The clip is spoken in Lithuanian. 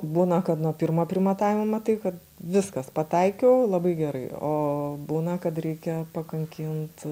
būna kad nuo pirmo primatavimo matai kad viskas pataikiau labai gerai o būna kad reikia pakankint